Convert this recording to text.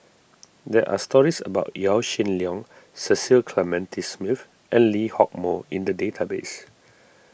there are stories about Yaw Shin Leong Cecil Clementi Smith and Lee Hock Moh in the database